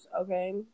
Okay